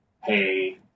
hey